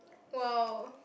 !wow!